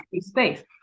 space